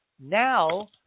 Now